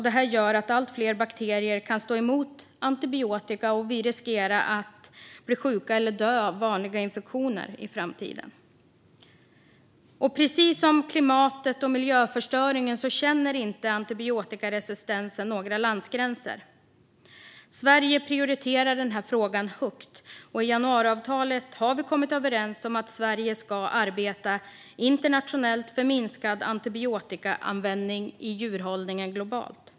Det gör att allt fler bakterier kan stå emot antibiotika och att vi i framtiden riskerar att bli sjuka eller dö av vanliga infektioner. Precis som klimatet och miljöförstöringen känner inte antibiotikaresistensen några landsgränser. Sverige prioriterar frågan högt, och i januariavtalet har vi kommit överens om att Sverige ska arbeta internationellt för minskad antibiotikaanvändning i djurhållningen globalt.